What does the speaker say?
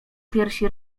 piersi